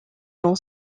vend